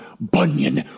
Bunyan